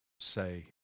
Say